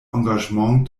engagement